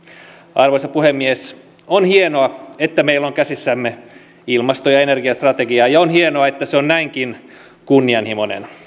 arvoisa puhemies on hienoa että meillä on käsissämme ilmasto ja energiastrategia ja on hienoa että se on näinkin kunnianhimoinen